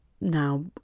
now